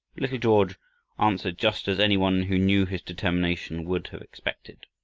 little george answered just as any one who knew his determination would have expected.